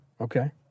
Okay